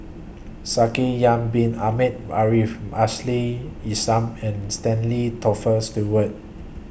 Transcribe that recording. Shaikh Yahya Bin Ahmed Afifi Ashley Isham and Stanley Tofer Stewart